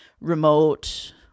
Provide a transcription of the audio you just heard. remote